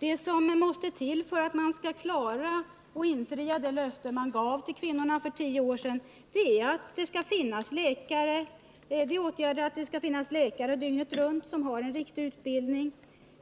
Det som måste till för att man skall kunna infria det löfte man gav till kvinnorna för tio år sedan är att det finns läkare dygnet runt som har en riktig utbildning